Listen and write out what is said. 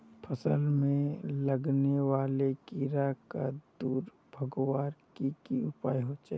फसल में लगने वाले कीड़ा क दूर भगवार की की उपाय होचे?